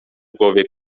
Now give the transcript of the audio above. głosie